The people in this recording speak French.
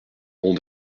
bon